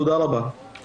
תודה רבה.